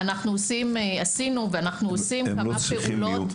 עשינו ועושים כמה פעולות --- גברתי,